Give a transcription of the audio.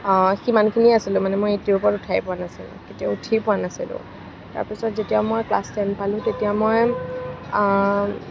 সিমানখিনিয়ে আছিলে মানে মই এইটিৰ ওপৰত উঠায়েই পোৱা নাছিলোঁ কেতিয়াও উঠিয়ে পোৱা নাছিলোঁ তাৰ পাছত যেতিয়া মই ক্লাছ টেন পালোঁ তেতিয়া মই